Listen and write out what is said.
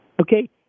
okay